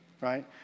right